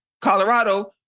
Colorado